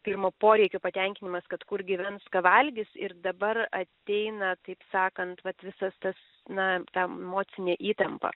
pirmo poreikių patenkinimas kad kur gyvens ką valgys ir dabar ateina taip sakant vat visas tas na ta emocinė įtampa